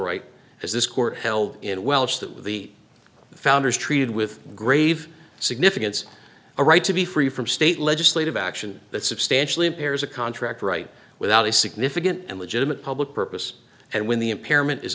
right as this court held in welsh that with the founders treated with grave significance a right to be free from state legislative action that substantially impairs a contract right without a significant and legitimate public purpose and when the impairment is